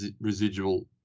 residual